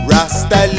Rasta